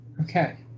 Okay